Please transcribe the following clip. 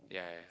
yeah yeah yeah